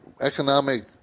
economic